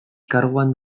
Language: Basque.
karguan